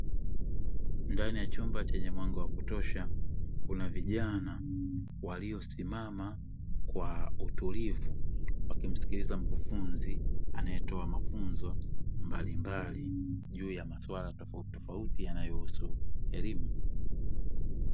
Ndani ya chumba chenye mwanga wa kutosha, kuna vijana waliosimama kwa utulivu wakimsikiliza mkufunzi anayetoa mafunzo mbalimbali juu ya maswala tofauti tofauti yanayohusu elimu.